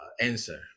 answer